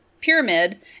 Pyramid